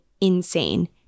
insane